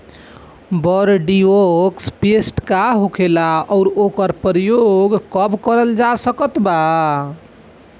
Bordeaux paste का होखेला और ओकर प्रयोग कब करल जा सकत बा?